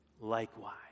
likewise